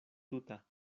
tuta